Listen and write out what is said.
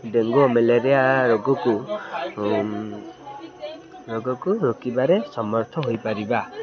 dengue ଓ malaria ରୋଗକୁ ରୋଗକୁ ରୋକିବାରେ ସମର୍ଥ ହୋଇପାରିବା